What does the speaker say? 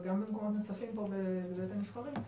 וגם במקומות נוספים פה בבית הנבחרים,